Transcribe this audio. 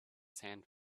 sand